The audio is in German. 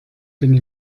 bin